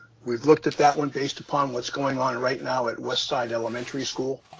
we've looked at that one based upon what's going on right now at west side elementary school,